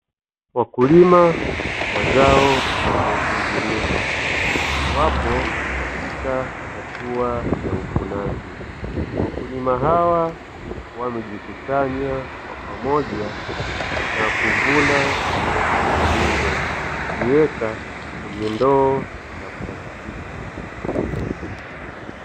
Wakulima wa zao la viazi mviringo wapo katika hatua ya uvunaji, wakulima hawa wamejikusanya kwa pamoja na kuvuna viazi mviringo na kuviweka kwenye ndoo na kusafirisha.